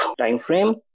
timeframe